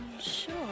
sure